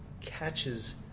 catches